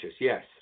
yes